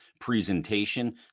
presentation